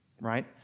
right